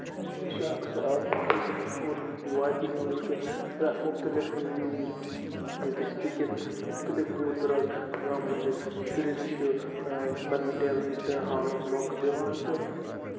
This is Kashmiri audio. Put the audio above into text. یہِ چھ اکھ سُہ اورگَنایزیشَن یُس پوٗرٕ وادی ہٕندۍ کین تَتھ مُختٔلِف ڈِسٹرک کین مُختٔلف دوٗر دَرازٕ گامَن ہٕندین شُرین چھِ پَنُن ٹیلینٹ ہاونُک موقعہٕ دِوان تہٕ